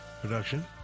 production